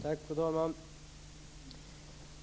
Fru talman!